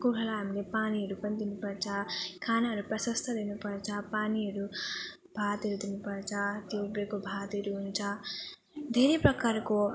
कुखुरालाई हामीले पानीहरू पनि दिनु पर्छ खानाहरू प्रशस्त दिनु पर्छ पानीहरू भातहरू दिनु पर्छ त्यो उब्रेको भातहरू हुन्छ धेरै प्रकारको